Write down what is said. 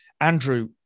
Andrew